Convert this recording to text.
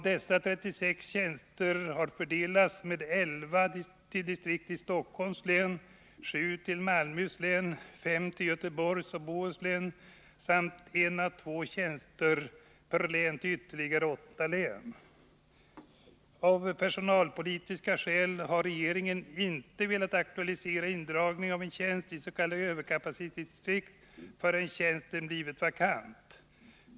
Dessa 36 tjänster har fördelats med 11 till distrikt i Stockholms län, 7 till Malmöhus län, Still Göteborgs och Bohus län samt med 1 å 2 tjänster per län till ytterligare 8 län. Av personalpolitiska skäl har regeringen inte velat aktualisera indragning av en tjänst i s.k. överkapacitetsdistrikt förrän tjänsten blivit vakant.